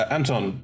Anton